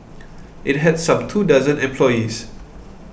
it had some two dozen employees